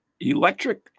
electric